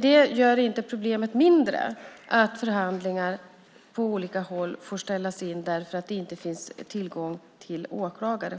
Det gör inte problemet mindre att förhandlingar på olika håll får ställas in därför att det inte finns tillgång till åklagare.